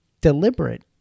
deliberate